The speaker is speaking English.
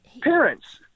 parents